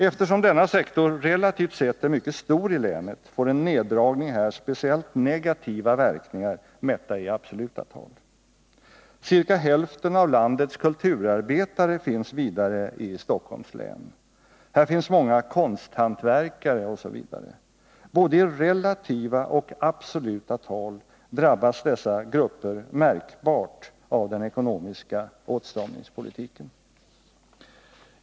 Eftersom denna sektor relativt sett är mycket stor i länet får en neddragning här speciellt negativa verkningar, mätta i absoluta tal. Ca hälften av landets kulturarbetare finns vidare i Stockholms län. Här finns många konsthantverkare osv. Både i relativa och absoluta tal drabbas dessa grupper märkbart av den ekonomiska åtstramningspolitiken.